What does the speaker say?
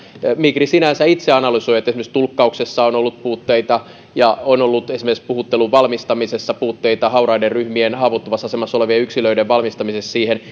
migri itse analysoi sinänsä että esimerkiksi tulkkauksessa on ollut puutteita ja on ollut puutteita esimerkiksi puhutteluun valmistamisessa hauraiden ryhmien haavoittuvassa asemassa olevien yksilöiden valmistamisessa siihen